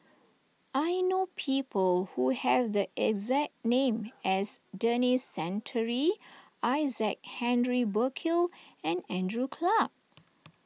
I know people who have the exact name as Denis Santry Isaac Henry Burkill and Andrew Clarke